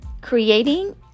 Creating